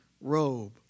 robe